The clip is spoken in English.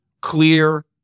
clear